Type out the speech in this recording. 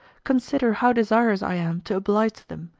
consider how desirous i am to oblige them,